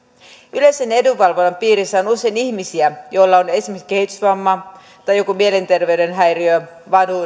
yleisen edunvalvonnan piirissä on usein ihmisiä joilla on esimerkiksi kehitysvamma tai jokin mielenterveyden häiriö